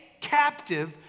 captive